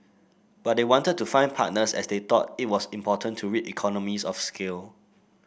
but they wanted to find partners as they thought it was important to reap economies of scale